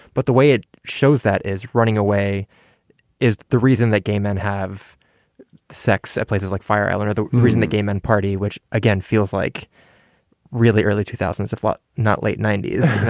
but the way it shows that is running away is the reason that gay men have sex at places like fire island are the reason the game and party, which again feels like really early two thousand s of what? not late ninety s?